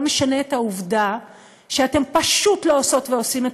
לא משנה את העובדה שאתם פשוט לא עושות ועושים את